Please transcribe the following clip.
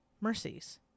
mercies